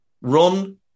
run